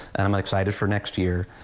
i'm i'm excited for next year.